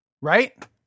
Right